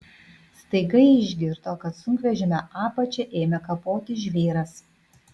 staiga ji išgirdo kad sunkvežimio apačią ėmė kapoti žvyras